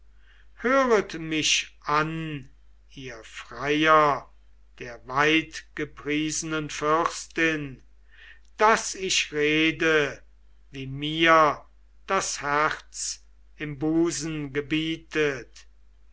höret mich an ihr freier der weitgepriesenen fürstin daß ich rede wie mir das herz im busen gebietet